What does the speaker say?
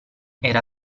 era